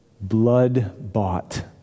blood-bought